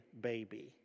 baby